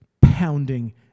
pounding